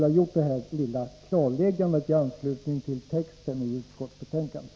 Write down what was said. Jag har velat göra detta lilla klarläggande i anslutning till texten i utskottsbetänkandet.